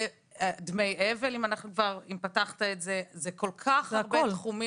יש גם דמי אבל ועוד כל-כך הרבה דברים.